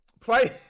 Play